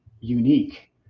unique